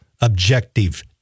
objective